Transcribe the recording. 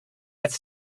it’s